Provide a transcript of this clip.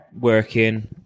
working